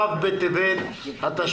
ו' בטבת התשפ"א.